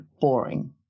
boring